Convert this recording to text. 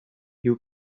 you